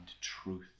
truth